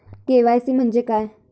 KYC म्हणजे काय?